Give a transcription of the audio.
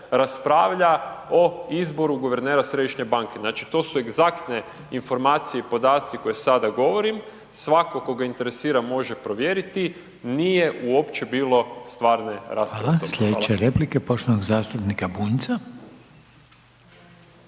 raspravlja o izboru guvernera središnje banke. Znači to su egzaktne informacije i podaci koje sada govorim. Svatko koga interesira može provjeriti, nije uopće bilo stvarne rasprave. Hvala. **Reiner, Željko (HDZ)** Slijedeća je replika poštovanog zastupnika Bunjca.